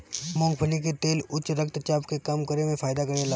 मूंगफली के तेल उच्च रक्त चाप के कम करे में फायदा करेला